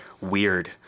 weird